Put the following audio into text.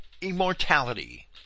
immortality